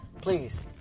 please